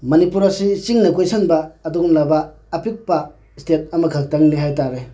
ꯃꯅꯤꯄꯨꯔ ꯑꯁꯤ ꯆꯤꯡꯅ ꯀꯣꯏꯁꯤꯟꯕ ꯑꯗꯨꯒꯨꯝꯂꯕ ꯑꯄꯤꯛꯄ ꯏꯁꯇꯦꯠ ꯑꯃꯈꯛꯇꯪꯅꯤ ꯍꯥꯏꯇꯥꯔꯦ